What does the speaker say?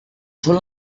són